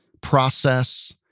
process